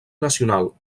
nacional